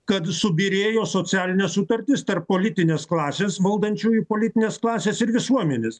kad subyrėjo socialinė sutartis tarp politinės klasės valdančiųjų politinės klasės ir visuomenės